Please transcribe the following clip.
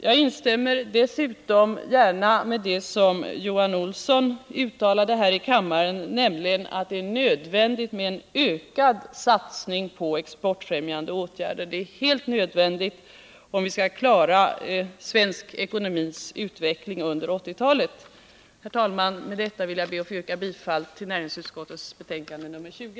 Jag instämmer dessutom gärna i Johan Olssons uttalande här i kammaren då han sade att det är nödvändigt med en ökning av satsningen på exportfrämjande åtgärder. Det är helt nödvändigt om vi skall klara den svenska ekonomins utveckling under 1980-talet. Herr talman! Med detta ber jag att få yrka bifall till näringsutskottets hemställan i dess betänkande nr 20.